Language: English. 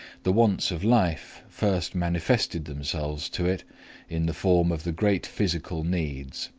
the wants of life first manifested themselves to it in the form of the great physical needs.